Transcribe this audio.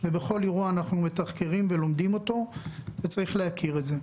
וכל אירוע אנחנו מתחקרים ולומדים וצריך להכיר את זה.